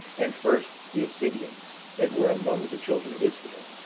and first the assideans, that were among the children of israel,